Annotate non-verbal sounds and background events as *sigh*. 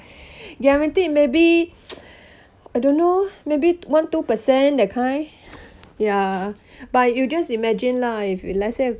*breath* guaranteed maybe *noise* I don't know maybe one two percent that kind *breath* ya but you just imagine lah if let's say